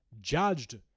judged